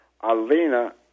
Alina